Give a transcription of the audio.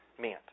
meant